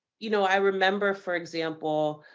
you know i remember for example,